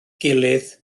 gilydd